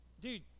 Dude